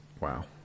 Wow